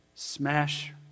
Smash